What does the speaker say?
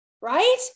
right